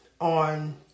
on